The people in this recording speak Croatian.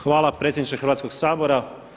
Hvala predsjedniče Hrvatskog sabora.